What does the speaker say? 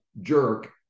jerk